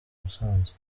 musanze